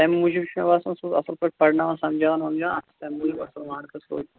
تَمہِ موٗجوٗب چھُ مےٚ باسان سُہ اوس اصٕل پٲٹھۍ پَرٕناوان سَمجاوان وَمجاوان اصٕل تَمہِ موٗجوٗب اصٕل مارکٕس روٗدمُت